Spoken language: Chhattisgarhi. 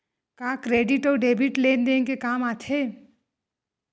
का क्रेडिट अउ डेबिट लेन देन के काम आथे?